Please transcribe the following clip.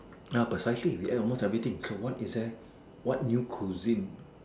uh precisely we ate almost everything so what is there what new cuisine